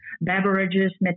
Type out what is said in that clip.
beverages